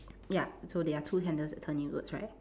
ya so there are two handles that turn inwards right